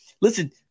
listen